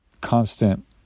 constant